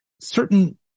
certain